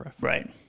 Right